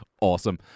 Awesome